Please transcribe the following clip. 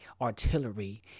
artillery